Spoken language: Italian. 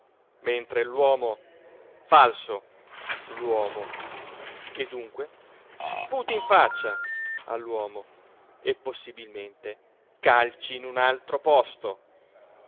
mentre l'uomo falso l'uomo e dunque sputi in faccia all'uomo e possibilmente calci in un altro posto